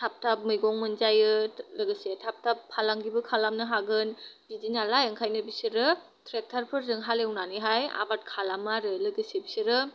थाब थाब मैगं मोनजायो लोगोसे थाब थाब फालांगिबो खालामनो हागोन बिदिनालाय ओंखायनो बिसोरो ट्रेक्टारफोरजों हालिवनानै हाय आबाद खालामो आरो लोगोसे बिसोरो